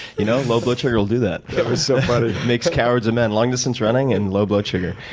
you know low blood sugar will do that. it was so funny. it makes cowards of men. long-distance running and low blood sugar.